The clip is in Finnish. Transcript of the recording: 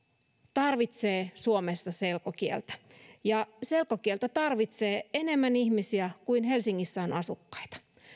tarvitsee suomessa selkokieltä selkokieltä tarvitsee enemmän ihmisiä kuin helsingissä on asukkaita